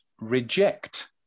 reject